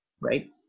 Right